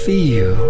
Feel